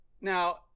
Now